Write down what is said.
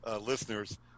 listeners